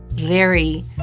Larry